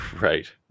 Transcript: right